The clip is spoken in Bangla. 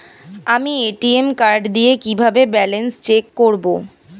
আমি এ.টি.এম কার্ড দিয়ে কিভাবে ব্যালেন্স চেক করব?